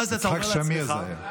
ואז אתה אומר לעצמך, יצחק שמיר, זה היה.